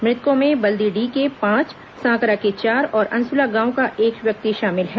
मृतकों में बलदीडीह के पांच सांकरा के चार और अंसुला गांव का एक व्यक्ति शामिल हैं